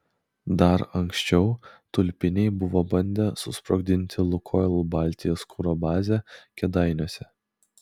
dar anksčiau tulpiniai buvo bandę susprogdinti lukoil baltijos kuro bazę kėdainiuose